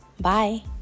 Bye